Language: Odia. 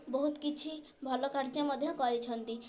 ବହୁତ କିଛି ଭଲ କାର୍ଯ୍ୟ ମଧ୍ୟ କରିଛନ୍ତି